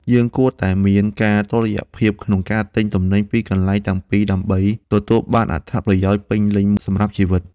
យើងគួរតែមានការតុល្យភាពក្នុងការទិញទំនិញពីកន្លែងទាំងពីរដើម្បីទទួលបានអត្ថប្រយោជន៍ពេញលេញសម្រាប់ជីវិត។